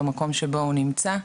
במקום שבו הוא נמצא,